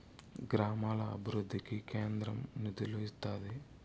గ్రామాల అభివృద్ధికి కేంద్రం నిధులు ఇత్తాది